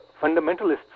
fundamentalists